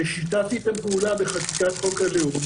ששיתפתי איתם פעולה בחקיקת חוק הלאום